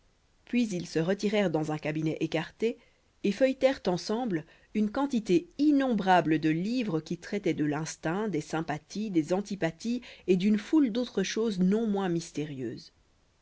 puis ils se retirèrent dans un cabinet écarté et feuilletèrent ensemble une quantité innombrable de livres qui traitaient de l'instinct des sympathies des antipathies et d'une foule d'autres choses non moins mystérieuses